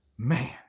man